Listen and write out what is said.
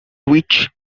witch